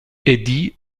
eddie